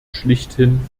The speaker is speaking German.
schlechthin